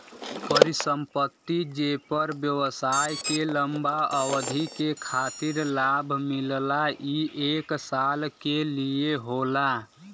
परिसंपत्ति जेपर व्यवसाय के लंबा अवधि के खातिर लाभ मिलला ई एक साल के लिये होला